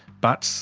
but,